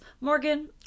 Morgan